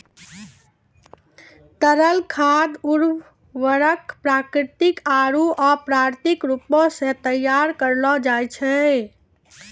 तरल खाद उर्वरक प्राकृतिक आरु अप्राकृतिक रूपो सें तैयार करलो जाय छै